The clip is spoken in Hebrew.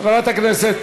חברת הכנסת